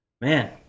man